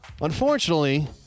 Unfortunately